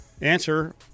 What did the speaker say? answer